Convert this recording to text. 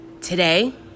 today